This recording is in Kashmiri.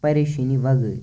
پریشٲنی بَغٲر